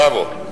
בראבו.